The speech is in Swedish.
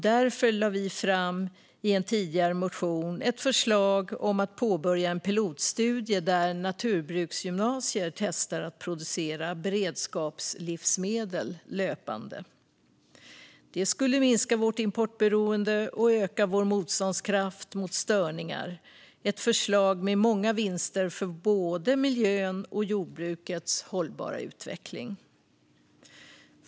Därför lade vi i en tidigare motion fram ett förslag om att påbörja en pilotstudie där naturbruksgymnasier testar att producera beredskapslivsmedel löpande. Det skulle minska vårt importberoende och öka vår motståndskraft mot störningar - ett förslag med många vinster för både miljön och jordbrukets hållbara utveckling.